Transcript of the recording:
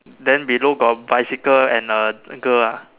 then below got bicycle and a girl ah